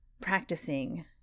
practicing